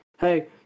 hey